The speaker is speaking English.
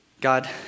God